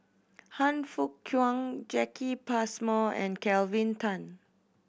Han Fook Kwang Jacki Passmore and Kelvin Tan